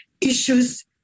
issues